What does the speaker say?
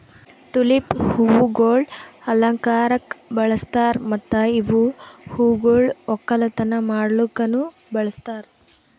tulip ಹೂವುಗೊಳ್ ಅಲಂಕಾರಕ್ ಬಳಸ್ತಾರ್ ಮತ್ತ ಇವು ಹೂಗೊಳ್ ಒಕ್ಕಲತನ ಮಾಡ್ಲುಕನು ಬಳಸ್ತಾರ್